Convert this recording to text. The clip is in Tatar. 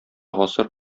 гасыр